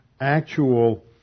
actual